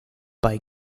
bei